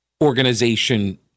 organization